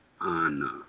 on